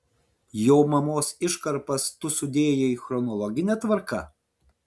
jo mamos iškarpas tu sudėjai chronologine tvarka